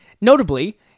notably